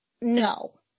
No